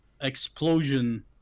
explosion